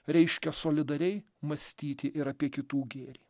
reiškia solidariai mąstyti ir apie kitų gėrį